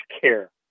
care